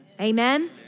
Amen